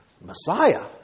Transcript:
Messiah